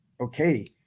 okay